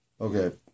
Okay